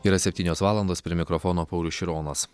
yra septynios valandos prie mikrofono paulius šironas